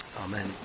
amen